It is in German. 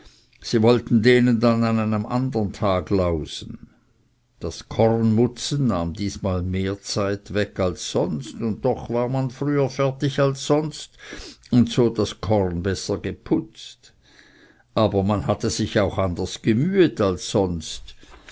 sie wollten denen dann an einem andern tag lausen das kornmutzen nahm diesmal mehr zeit weg als sonst und doch war man früher fertig als sonst und das korn besser geputzt aber man hatte sich auch anders gemühet als sonst